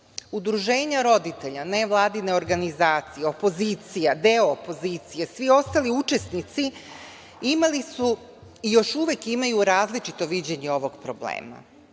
beba. Udruženja roditelja, nevladine organizacije, opozicija, deo opozicije, svi ostali učesnici imali su i još uvek imaju različito viđenje ovog problema,